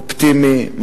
אופטימי,